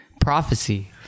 prophecy